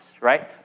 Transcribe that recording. right